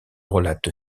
relate